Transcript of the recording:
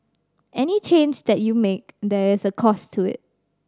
any change that you make there is a cost to it